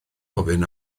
ofyn